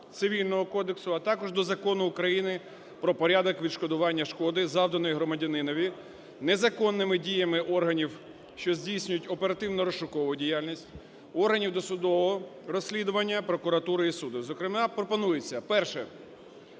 Цивільного кодексу, а також до Закону України "Про порядок відшкодування шкоди, завданої громадянинові незаконними діями органів, що здійснюють оперативно-розшукову діяльність, органів досудового розслідування, прокуратури і суду", зокрема пропонується: Перше.